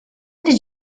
did